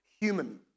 human